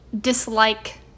dislike